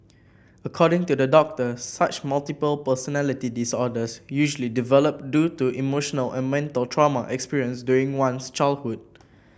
according to the doctor such multiple personality disorders usually develop due to emotional or mental trauma experienced during one's childhood